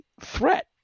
threat